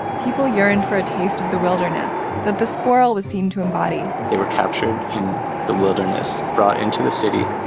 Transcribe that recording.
people yearned for a taste of the wilderness, that the squirrel would seem to embody they were captured in the wilderness, brought into the city,